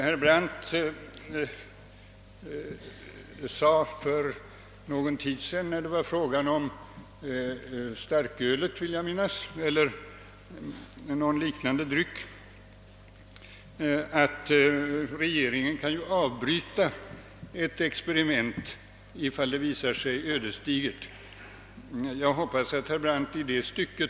Herr Brandt yttrade för någon tid sedan, när det var fråga om starkölet eller någon liknande dryck, att regeringen kan avbryta ett experiment ifall det visar sig ödesdigert. Jag prisade därvid visheten i hans uttalande.